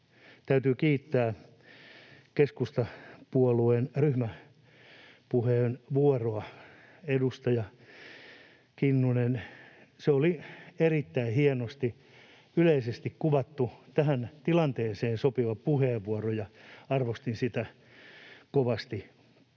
täytyy kiittää keskustapuolueen ryhmäpuheenvuoroa. Edustaja Kinnunen, se oli erittäin hienosti, yleisesti kuvaava, tähän tilanteeseen sopiva puheenvuoro, ja arvostin sitä kovasti